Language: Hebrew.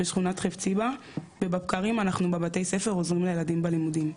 בשכונת חפציבה ובבקרים אנחנו בבתי ספר עוזרים לילדים בלימודים.